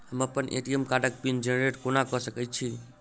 हम अप्पन ए.टी.एम कार्डक पिन जेनरेट कोना कऽ सकैत छी?